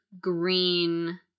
green